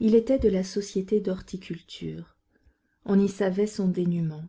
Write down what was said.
il était de la société d'horticulture on y savait son dénûment